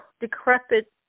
decrepit